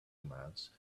commands